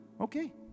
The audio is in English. okay